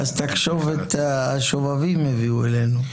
אז תחשוב את השובבים הביאו אלינו.